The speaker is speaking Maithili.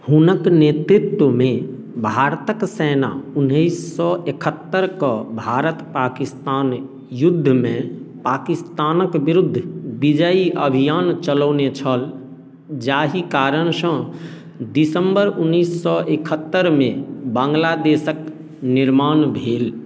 हुनक नेतृत्वमे भारतक सेना उन्नैस सए एकहत्तरिकेँ भारत पाकिस्तान युद्धमे पाकिस्तानक विरुद्ध विजयी अभियान चलौने छल जाहि कारणसँ दिसम्बर उन्नैस सए एकहत्तरिमे बांग्लादेशक निर्माण भेल